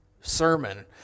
sermon